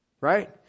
Right